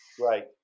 Great